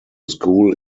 school